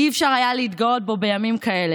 לא היה אפשר להתגאות בו בימים כאלה.